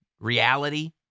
reality